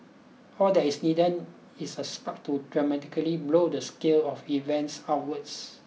all that is needed is a spark to dramatically blow the scale of events outwards